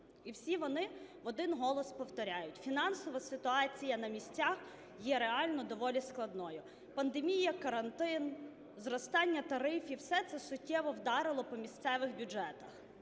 і всі вони в один голос повторяють: фінансова ситуація на місцях є реально доволі складною. Пандемія, карантин, зростання тарифів – все це суттєво вдарило по місцевих бюджетах.